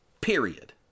Period